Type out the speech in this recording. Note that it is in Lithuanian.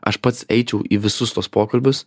aš pats eičiau į visus tuos pokalbius